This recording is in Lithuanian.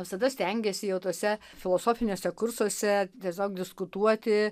visada stengiesi jau tuose filosofiniuose kursuose tiesiog diskutuoti